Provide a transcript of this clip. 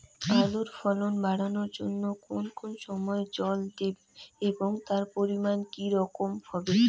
আলুর ফলন বাড়ানোর জন্য কোন কোন সময় জল দেব এবং তার পরিমান কি রকম হবে?